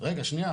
רגע, שנייה.